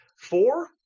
Four